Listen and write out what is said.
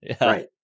right